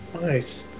Nice